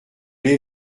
l’ai